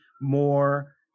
more